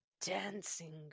Dancing